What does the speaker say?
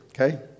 okay